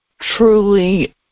truly